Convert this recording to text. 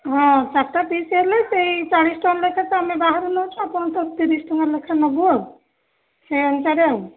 ହଁ ଚାରିଟା ପିସ୍ ହେଲେ ସେହି ଚାଳିଶ ଟଙ୍କା ଲେଖାଏଁ ତ ଆମେ ବାହାରୁ ନେଉଛୁ ଆପଣଙ୍କ ଠାରୁ ତିରିଶ ଟଙ୍କା ଲେଖାଏଁ ନେବୁ ଆଉ ସେଇ ଅନୁସାରେ ଆଉ